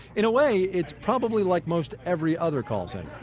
in a way, it's probably like most every other call center.